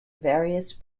various